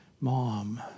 mom